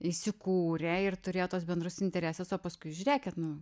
įsikūrė ir turėjo tuos bendrus interesus o paskui žiūrėkit nu